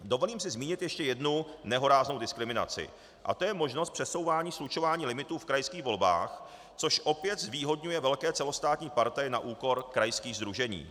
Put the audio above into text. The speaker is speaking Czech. Dovolím si zmínit ještě jednu nehoráznou diskriminaci a to je možnost přesouvání, slučování limitů v krajských volbách, což opět zvýhodňuje velké celostátní partaje na úkor krajských sdružení.